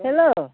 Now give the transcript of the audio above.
hello